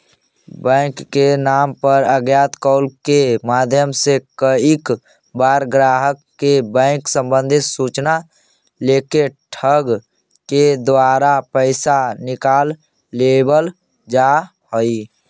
bank सेवा के नाम पर अज्ञात कॉल के माध्यम से कईक बार ग्राहक के बैंक संबंधी सूचना लेके ठग के द्वारा पैसा निकाल लेवल जा हइ